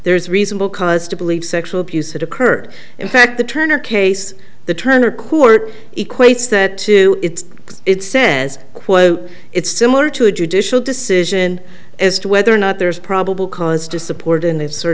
there's reasonable cause to believe sexual abuse that occurred in fact the turner case the turner court equates that to its it says quote it's similar to a judicial decision as to whether or not there is probable cause to support in this sort